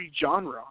genre